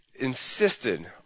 insisted